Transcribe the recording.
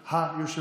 יושב-ראש.